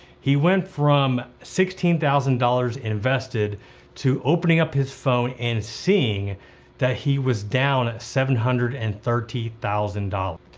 he went from sixteen thousand dollars invested to opening up his phone and seeing that he was down seven hundred and thirty thousand dollars.